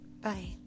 Bye